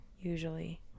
usually